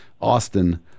Austin